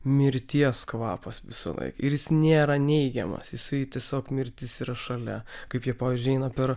mirties kvapas visąlaik ir jis nėra neigiamas jisai tiesiog mirtis yra šalia kaip jie pavyzdžiui eina per